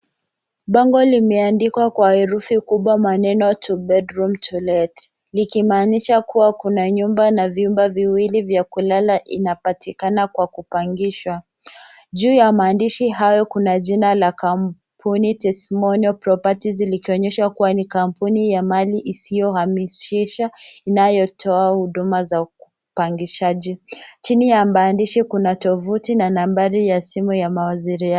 Bango limeandikwa kwa herufi kubwa maneno two bedroom to let . Likimaanisha kuwa kuna nyumba na vyumba viwili vya kulala inapatikana kwa kupangishwa. Juu ya maandishi hayo, kuna jina la kampuni Testimonial Properties likionyesha kuwa ni kampuni ya mali isiyo hamisisha inayotoa huduma za upangishaji. Chini ya maandishi kuna tovuti na nambari ya simu ya mawasiliano.